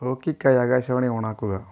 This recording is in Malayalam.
ഹോക്കിക്കായി ആകാശവാണി ഓൺ ആക്കുക